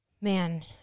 man